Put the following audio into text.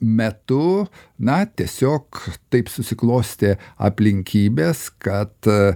metu na tiesiog taip susiklostė aplinkybės kad